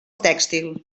tèxtil